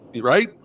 Right